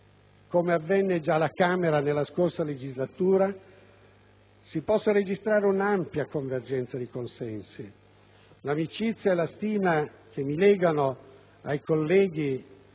come avvenne già alla Camera nella scorsa legislatura, si possa registrare un'ampia convergenza di consensi. L'amicizia e la stima che mi legano ai colleghi